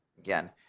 Again